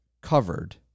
covered